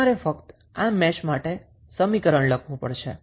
તમારે ફક્ત આ મેશ માટે સમીકરણ લખવું પડશે